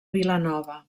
vilanova